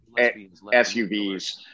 SUVs